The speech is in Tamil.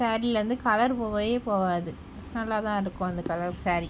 சாரீயில் வந்து கலர் போகவே போகாது நல்லாதான் இருக்கும் அந்த கலர் சாரீ